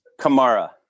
Kamara